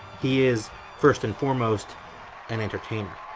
he is first and foremost an entertainer.